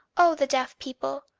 oh the deaf people!